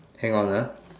hang on ah